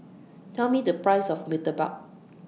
Tell Me The Price of Murtabak